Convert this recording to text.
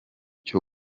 cyo